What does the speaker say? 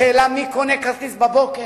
השאלה היא מי קונה כרטיס בבוקר.